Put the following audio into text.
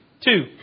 two